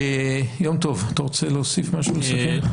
יום טוב, אתה רוצה להוסיף משהו לסיכום?